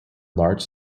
large